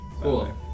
Cool